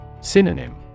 Synonym